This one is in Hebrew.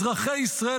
אזרחי ישראל,